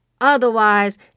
Otherwise